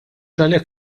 għalhekk